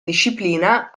disciplina